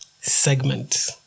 segment